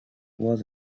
was